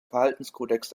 verhaltenskodex